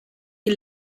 die